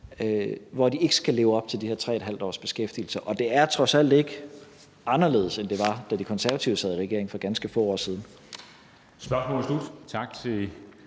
hvor de ikke skal leve op til de her 3½ års beskæftigelse. Og det er trods alt ikke anderledes, end det var, da De Konservative sad i regering for ganske få år siden.